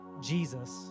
Jesus